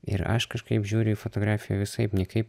ir aš kažkaip žiūriu į fotografiją visaip niekaip